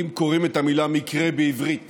אם קוראים את המילה "מקרה" בעברית